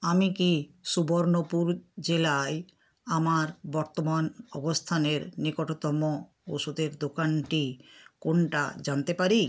আমি কি সুবর্ণপুর জেলায় আমার বর্তমান অবস্থানের নিকটতম ওষুধের দোকানটি কোনটা জানতে পারি